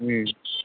हूँ